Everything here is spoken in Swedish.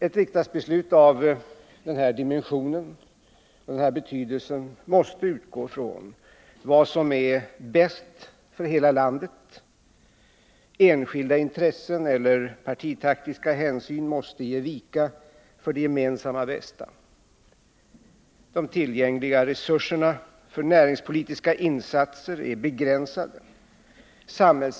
Ett riksdagsbeslut av denna dimension och av denna betydelse måste utgå från vad som är bäst för hela landet. Enskilda intressen eller partitaktiska hänsyn måste ge vika för det gemensamma bästa. De tillgängliga resurserna för näringspolitiska insatser är begränsade.